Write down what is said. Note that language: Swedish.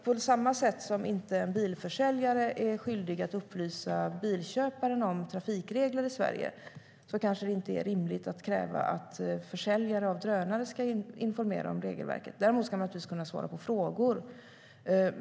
På samma sätt som en bilförsäljare inte är skyldig att upplysa bilköparen om trafikregler i Sverige är det kanske inte rimligt att kräva att försäljare av drönare ska informera om regelverket. Däremot ska man naturligtvis kunna svara på frågor.